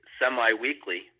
semi-weekly